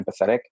empathetic